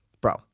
bro